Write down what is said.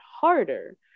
harder